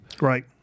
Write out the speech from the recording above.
right